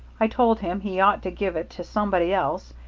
i told him he ought to give it to somebody else,